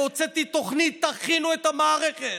והוצאתי תוכנית: תכינו את המערכת,